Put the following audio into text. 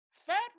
fat